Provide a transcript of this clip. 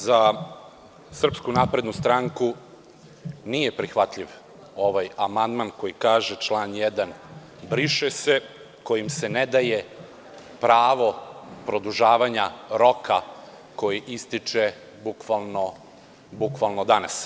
Za SNS nije prihvatljiv ovaj amandman koji kaže – član 1, briše se; kojim se ne daje pravo produžavanja roka koji ističe bukvalno danas.